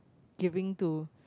giving to